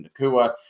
Nakua